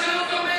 שיעשו שירות לאומי.